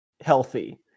healthy